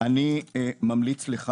אני מאוד ממליץ לך